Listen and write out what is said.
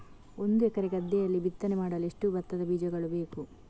ಒಂದು ಎಕರೆ ಗದ್ದೆಯಲ್ಲಿ ಬಿತ್ತನೆ ಮಾಡಲು ಎಷ್ಟು ಭತ್ತದ ಬೀಜಗಳು ಬೇಕು?